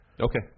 okay